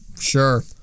Sure